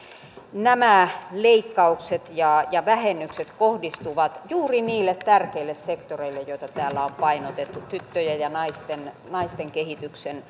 nämä leikkaukset ja ja vähennykset kohdistuvat juuri niille tärkeille sektoreille joita täällä on painotettu tyttöjen ja naisten naisten kehityksen